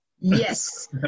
Yes